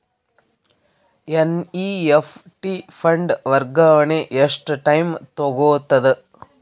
NEFT fund ವರ್ಗಾವಣೆ ಎಷ್ಟ time ತೋಗೊತದ?